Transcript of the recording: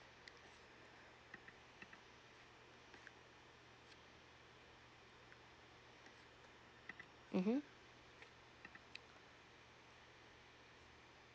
mmhmm